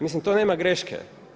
Mislim, to nema greške.